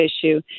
issue